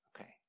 Okay